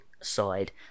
Side